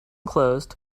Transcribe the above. closed